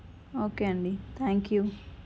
okay అండి thank you